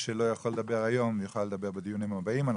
שלא יכול לדבר היום יוכל לדבר בדיונים הבאים.